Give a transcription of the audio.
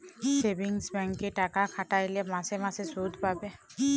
savings ব্যাংকে টাকা খাটাইলে মাসে মাসে সুদ পাবে